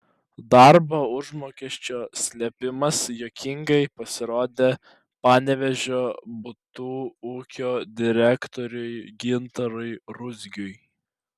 darbo užmokesčio slėpimas juokingai pasirodė panevėžio butų ūkio direktoriui gintarui ruzgiui